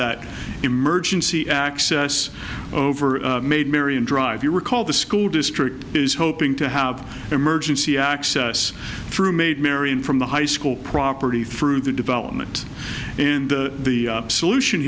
that emergency access over made marion drive you recall the school district is hoping to have emergency access through maid marian from the high school property through the development and the solution